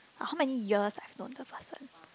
how many years I've known the person